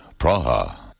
Praha